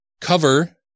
cover